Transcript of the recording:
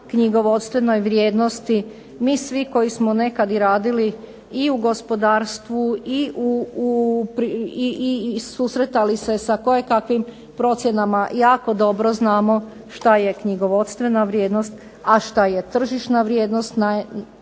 knjigovodstvenoj vrijednosti. Mi svi koji smo nekad i radili i u gospodarstvu, i susretali se sa kojekakvim procjenama jako dobro znamo šta je knjigovodstvena vrijednost, a šta je tržišna vrijednost.